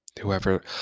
whoever